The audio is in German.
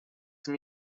sie